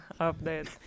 update